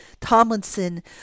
tomlinson